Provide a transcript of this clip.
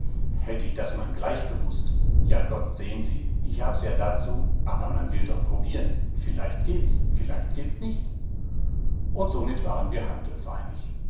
hätt ich das man gleich gewußt ja gott sehen sie ich hab's ja dazu aber man will doch probieren vielleicht geht's vielleicht geht's nicht und somit waren wir handelseinig